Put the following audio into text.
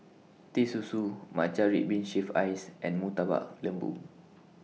Teh Susu Matcha Red Bean Shaved Ice and Murtabak Lembu